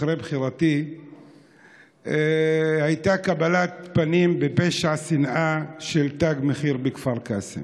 אחרי בחירתי הייתה קבלת פנים עם פשע שנאה של תג מחיר בכפר קאסם.